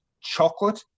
chocolate